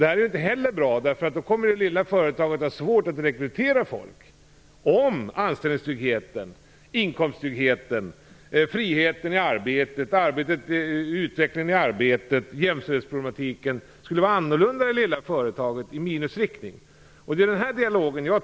Detta är inte heller bra, för då kommer det lilla företaget att få svårigheter att rekrytera folk. Anställningstryggheten, inkomsttryggheten, friheten och utvecklingen i arbetet samt jämställdhetsproblematiken skulle bli annorlunda i det lilla företaget i negativ mening.